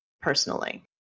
Personally